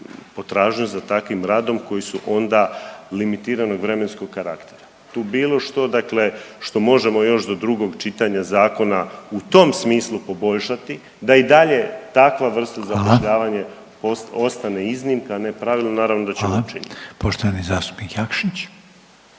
potražnju za takvim radom koji su onda limitiranog vremenskog karaktera. Tu bilo što dakle što možemo još do drugog čitanja zakona u tom smislu poboljšati da i dalje takva vrsta …/Upadica: Hvala/… zapošljavanja ostane iznimka, a ne pravilo, naravno da ćemo učiniti. **Reiner, Željko